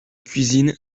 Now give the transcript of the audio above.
cuisine